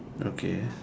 okay